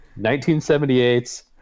1978's